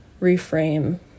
reframe